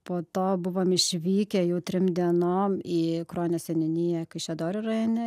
po to buvom išvykę jau trim dienom į kruonio seniūniją kaišiadorių rajone